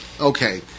Okay